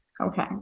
Okay